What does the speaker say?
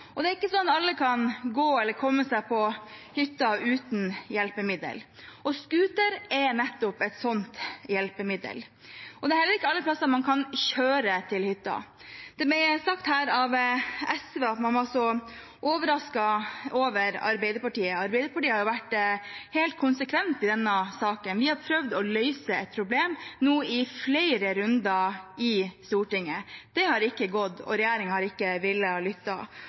Det er ikke sånn at alle kan gå til eller komme seg på hytta uten hjelpemiddel, og scooter er nettopp et sånt hjelpemiddel. Det er heller ikke alle plasser man kan kjøre til hytta. Det ble sagt her av SV at man var så overrasket over Arbeiderpartiet. Arbeiderpartiet har vært helt konsekvent i denne saken. Vi har prøvd å løse et problem nå i flere runder i Stortinget. Det har ikke gått, og regjeringen har ikke villet lytte.